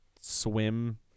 swim